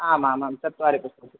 आमां चत्वारि पुस्तकानि